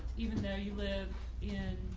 even though you live in